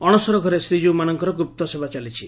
ଅଶସର ଘରେ ଶୀକୀଉମାନଙ୍କର ଗୁପ୍ତସେବା ଚାଲିଛି